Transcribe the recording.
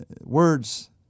words